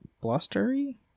blustery